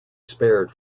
spared